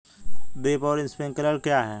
Drip और sprinkler क्या हैं?